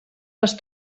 les